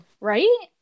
Right